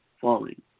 falling